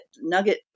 Nugget